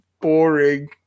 boring